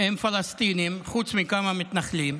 הם פלסטינים, חוץ מכמה מתנחלים.